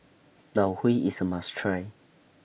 Tau Huay IS A must Try